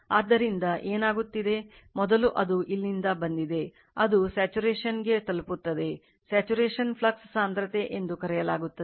ಆದ್ದರಿಂದ ಏನಾಗುತ್ತಿದೆ ಮೊದಲು ಅದು ಇಲ್ಲಿಂದ ಬಂದಿದೆ ಅದು ಸ್ಯಾಚುರೇಶನ್ಗೆ ತಲುಪುತ್ತದೆ ಸ್ಯಾಚುರೇಶನ್ ಫ್ಲಕ್ಸ್ ಸಾಂದ್ರತೆ ಎಂದು ಕರೆಯಲಾಗುತ್ತದೆ